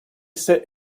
sit